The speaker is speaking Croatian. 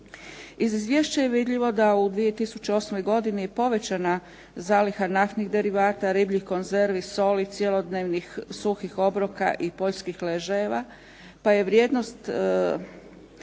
Iz izvješća je vidljivo da u 2008. godini je povećana zaliha naftnih derivata, ribljih konzervi, soli, cjelodnevnih suhih obroka i poljskih ležajeva pa je vrijednost